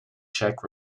czech